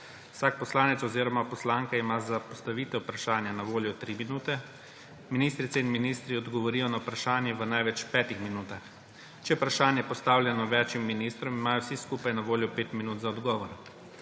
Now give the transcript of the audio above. Vsak poslanec oziroma poslanka ima za postavitev vprašanja na voljo tri minute. Ministrice in ministri odgovorijo na vprašanje v največ petih minutah. Če je vprašanje postavljeno več ministrom, imajo vsi skupaj na voljo pet minut za odgovor.